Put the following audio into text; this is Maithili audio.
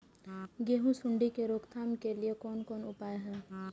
गेहूँ सुंडी के रोकथाम के लिये कोन कोन उपाय हय?